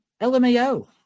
LMAO